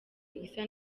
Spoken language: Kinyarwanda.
isa